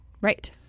Right